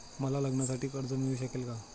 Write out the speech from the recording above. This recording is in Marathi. मला लग्नासाठी कर्ज मिळू शकेल का?